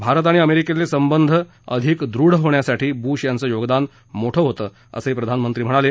भारत आणि अमेरिकेतले संबंध अधिक द्रढ होण्यासाठी बृश यांचं योगदान मोठं असल्याचही प्रधानमंत्री म्हणाले